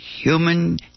human